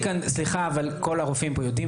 סליחה, אבל כל הרופאים פה יודעים